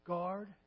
Guard